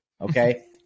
okay